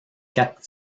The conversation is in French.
quatre